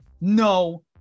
no